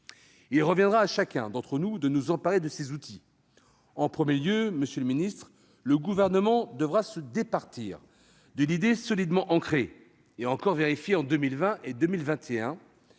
Il reviendra à chacun d'entre nous de nous emparer de ces outils. Pour sa part, monsieur le ministre, le Gouvernement devra se départir de l'idée solidement ancrée, comme nous l'avons encore vérifié en 2020 et en 2021,